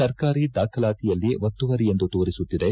ಸರ್ಕಾರಿ ದಾಖಲಾತಿಯಲ್ಲಿ ಒತ್ತುವರಿ ಎಂದು ತೋರಿಸುತ್ತಿದೆ